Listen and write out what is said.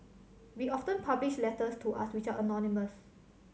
we often publish letters to us which are anonymous